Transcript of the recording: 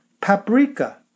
Paprika